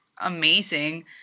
amazing